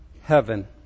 heaven